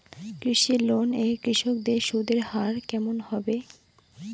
কৃষি লোন এ কৃষকদের সুদের হার কেমন হবে?